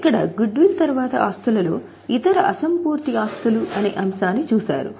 కాబట్టి ఇక్కడ గుడ్విల్ తర్వాత ఆస్తులలో ఇతర అసంపూర్తి ఆస్తులు అనే అంశాన్ని చూశారు